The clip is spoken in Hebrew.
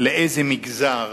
לאיזה מגזר